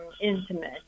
intimate